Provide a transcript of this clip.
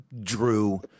Drew